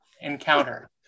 encounter